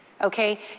Okay